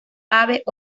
aves